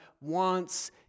wants